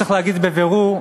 צריך להגיד בבירור,